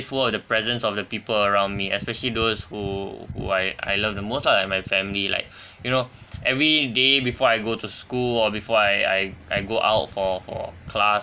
grateful of the presence of the people around me especially those who who I I love the most lah and my family like you know every day before I go to school or before I I I go out for for class